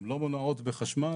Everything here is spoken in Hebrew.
הן לא מונעות בחשמל.